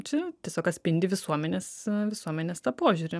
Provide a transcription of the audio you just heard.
čia tiesiog atspindi visuomenės visuomenės tą požiūrį